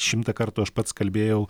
šimtą kartų aš pats kalbėjau